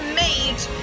mage